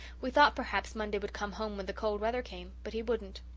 we thought perhaps monday would come home when the cold weather came but he wouldn't.